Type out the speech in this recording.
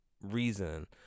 reason